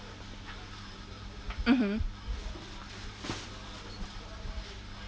mmhmm